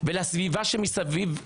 ולסביבה שמסביב,